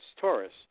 Taurus